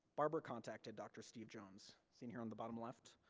barber contacted dr. steve jones, seen here on the bottom left,